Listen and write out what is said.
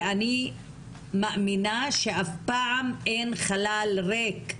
ואני מאמינה שאף פעם אין חלל ריק.